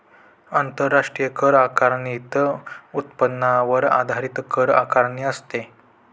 आंतरराष्ट्रीय कर आकारणीत उत्पन्नावर आधारित कर आकारणी असते